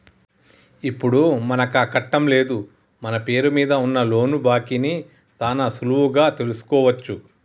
ఇప్పుడు మనకాకట్టం లేదు మన పేరు మీద ఉన్న లోను బాకీ ని సాన సులువుగా తెలుసుకోవచ్చు